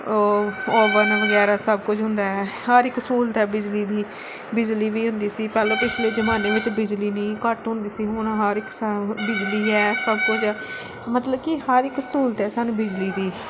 ਉਹ ਓਵਨ ਵਗੈਰਾ ਸਭ ਕੁਝ ਹੁੰਦਾ ਹੈ ਹਰ ਇੱਕ ਸਹੂਲਤ ਹੈ ਬਿਜਲੀ ਦੀ ਬਿਜਲੀ ਵੀ ਹੁੰਦੀ ਸੀ ਪਹਿਲਾਂ ਪਿਛਲੇ ਜ਼ਮਾਨੇ ਵਿੱਚ ਬਿਜਲੀ ਇੰਨੀ ਘੱਟ ਹੁੰਦੀ ਸੀ ਹੁਣ ਹਰ ਇੱਕ ਸਭ ਬਿਜਲੀ ਹੈ ਸਭ ਕੁਝ ਹੈ ਮਤਲਬ ਕਿ ਹਰ ਇੱਕ ਸਹੂਲਤ ਹੈ ਸਾਨੂੰ ਬਿਜਲੀ ਦੀ